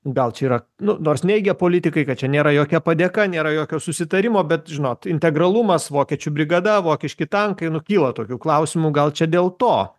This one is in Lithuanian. gal čia yra nu nors neigia politikai kad čia nėra jokia padėka nėra jokio susitarimo bet žinot integralumas vokiečių brigada vokiški tankai nu kyla tokių klausimų gal čia dėl to